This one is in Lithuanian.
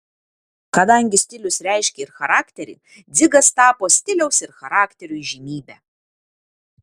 kadangi stilius reiškia ir charakterį dzigas tapo stiliaus ir charakterio įžymybe